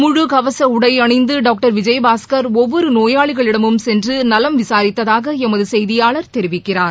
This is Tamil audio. முழு கவச உடை அணிந்து டாக்டர் விஜயபாஸ்கர் ஒவ்வொரு நோயாளிகளிடமும் சென்று நலம் விசாரித்ததாக எமது செய்தியாளர் தெரிவிக்கிறார்